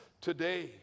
today